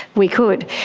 we could.